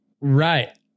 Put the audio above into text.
Right